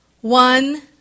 one